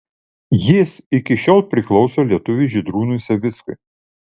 jis iki šiol priklauso lietuviui žydrūnui savickui